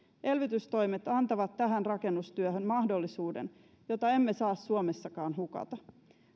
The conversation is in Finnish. elvytystoimet antavat tähän rakennustyöhön mahdollisuuden jota emme saa suomessakaan hukata